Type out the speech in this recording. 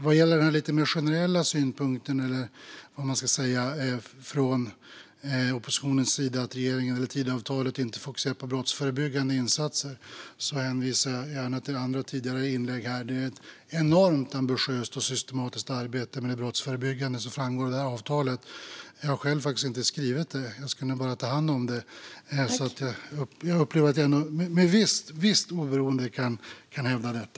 Vad gäller den lite mer generella synpunkten från oppositionens sida att Tidöavtalet inte fokuserar på brottsförebyggande insatser hänvisar jag gärna till andra tidigare inlägg här. Det är ett enormt ambitiöst och systematiskt arbete med det brottsförebyggande som framgår i detta avtal. Jag har själv inte skrivit det; jag ska bara ta hand om det. Men jag upplever att jag ändå med visst oberoende kan hävda detta.